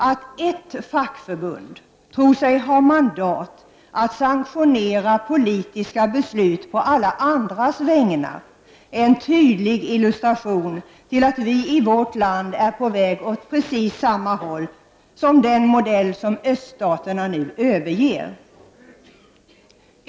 Att ett fackförbund tror sig ha mandat att sanktionera politiska beslut på alla andras vägnar är en tydlig illustration till att vi i vårt land är på väg åt precis samma håll som när det gäller den modell som öststaterna nu överger.